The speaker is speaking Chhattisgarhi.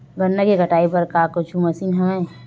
गन्ना के कटाई बर का कुछु मशीन हवय?